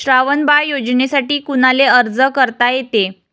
श्रावण बाळ योजनेसाठी कुनाले अर्ज करता येते?